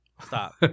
stop